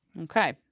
Okay